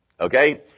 Okay